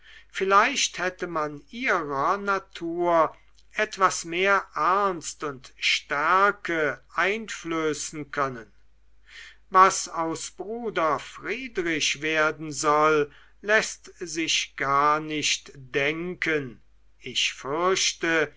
vielleicht hätte man ihrer natur etwas mehr ernst und stärke einflößen können was aus bruder friedrich werden soll läßt sich gar nicht denken ich fürchte